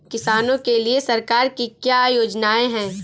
किसानों के लिए सरकार की क्या योजनाएं हैं?